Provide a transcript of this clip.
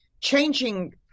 changing